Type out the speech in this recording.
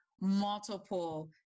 multiple